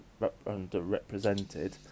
underrepresented